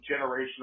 generational